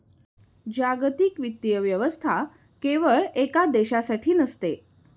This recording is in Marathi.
जागतिक वित्तीय व्यवस्था केवळ एका देशासाठी नसते